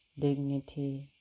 dignity